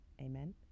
Amen